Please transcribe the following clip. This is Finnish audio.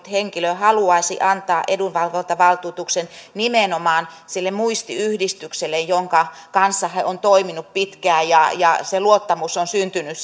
henkilö haluaisi antaa edunvalvontavaltuutuksen nimenomaan sille muistiyhdistykselle jonka kanssa hän on toiminut pitkään ja ja se luottamus on syntynyt